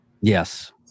yes